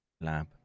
lab